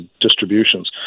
distributions